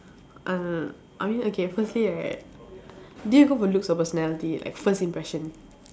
err I mean okay firstly right do you go for looks or personality like first impression